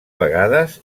vegades